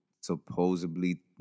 supposedly